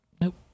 Nope